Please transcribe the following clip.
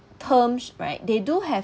terms right they do have